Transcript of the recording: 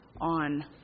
on